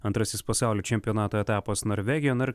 antrasis pasaulio čempionato etapas norvegijoje na ir